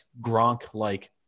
Gronk-like